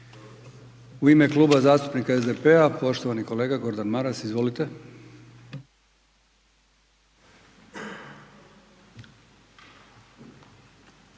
U ime Kluba zastupnika SDP-a poštovani kolega Gordan Maras. Izvolite.